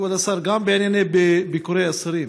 כבוד השר, גם בענייני ביקורי אסירים.